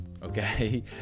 Okay